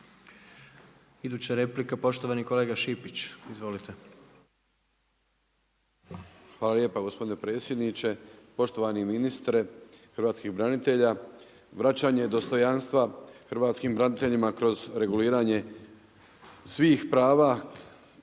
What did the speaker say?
Hvala lijepa gospodine predsjedniče. Poštovani ministre hrvatskih branitelja, vraćanje dostojanstva hrvatskih braniteljima kroz reguliranje svih prava